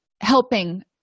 helping